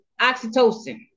oxytocin